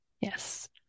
yes